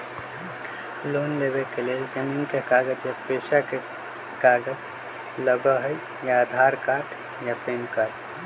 Loan लेवेके लेल जमीन के कागज या पेशा के कागज लगहई या आधार कार्ड या पेन कार्ड?